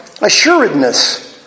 assuredness